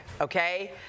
Okay